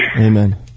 Amen